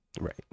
Right